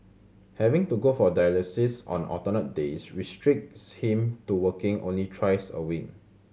having to go for dialysis on alternate days restricts him to working only thrice a week